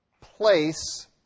place